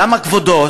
למה כבודו,